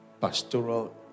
pastoral